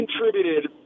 contributed